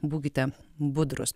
būkite budrūs